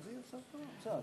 אני חושב שכולם כבר